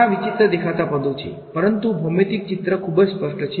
ઘણા વિચિત્ર દેખાતા પદો પરંતુ ભૌમિતિક ચિત્ર ખૂબ સ્પષ્ટ છે